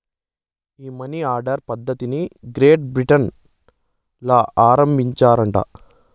ఈ money order పద్ధతిది Great Britain ల ఆరంబించినారట